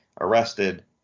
arrested